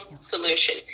solution